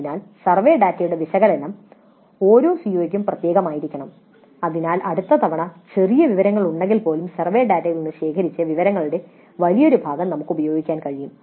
അതിനാൽ സർവേ ഡാറ്റയുടെ വിശകലനം ഓരോ സിഒയ്ക്കും പ്രത്യേകമായിരിക്കണം അതിനാൽ അടുത്ത തവണ ചെറിയ മാറ്റങ്ങളുണ്ടെങ്കിൽപ്പോലും സർവേ ഡാറ്റയിൽ നിന്ന് ശേഖരിച്ച വിവരങ്ങളുടെ വലിയൊരു ഭാഗം നമുക്ക് ഉപയോഗിക്കാൻ കഴിയും